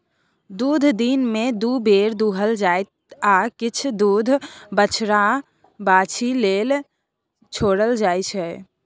दुध दिनमे दु बेर दुहल जेतै आ किछ दुध बछ्छा बाछी लेल छोरल जाइ छै